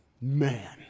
Man